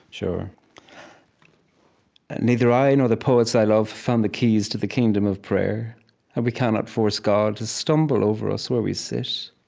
sure neither i nor the poets i love found the keys to the kingdom of prayer and ah we cannot force god to stumble over us where we sit.